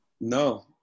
no